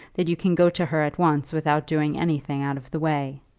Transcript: that you can go to her at once without doing anything out of the way.